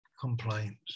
complaints